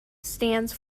stands